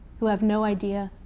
who have no idea.